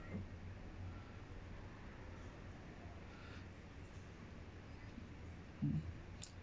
mm